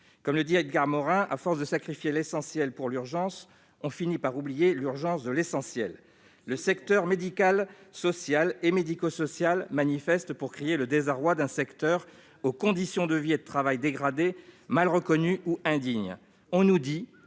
Comme l'écrit Edgar Morin, « à force de sacrifier l'essentiel pour l'urgence, on finit par oublier l'urgence de l'essentiel ». Le secteur médical, social et médico-social manifeste pour crier son désarroi devant des conditions de vie et de travail dégradées, mal reconnues ou indignes. Ils nous le